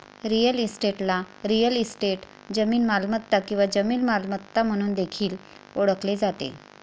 real इस्टेटला real estate, जमीन मालमत्ता किंवा जमीन मालमत्ता म्हणून देखील ओळखले जाते